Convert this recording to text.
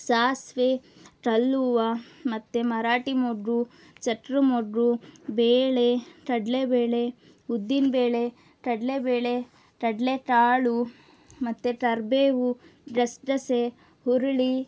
ಸಾಸಿವೆ ಕಲ್ಲೂವು ಮತ್ತೆ ಮರಾಠಿ ಮೊಗ್ಗು ಚಕ್ರ ಮೊಗ್ಗು ಬೇಳೆ ಕಡಲೆ ಬೇಳೆ ಉದ್ದಿನ ಬೇಳೆ ಕಡಲೆ ಬೇಳೆ ಕಡಲೆ ಕಾಳು ಮತ್ತೆ ಕರಿಬೇವು ಗಸ ಗಸೆ ಹುರುಳಿ